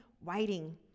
waiting